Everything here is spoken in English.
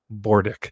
Bordick